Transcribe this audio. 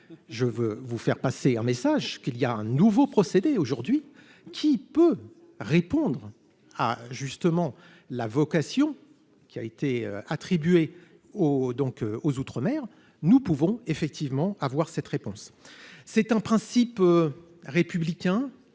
je veux vous faire passer un message qu'il y a un nouveau procédé aujourd'hui qui peut répondre à justement la vocation qui a été attribué au donc aux outre-mer, nous pouvons effectivement avoir cette réponse, c'est un principe républicain